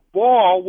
ball